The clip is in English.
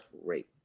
rate